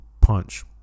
punch